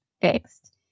fixed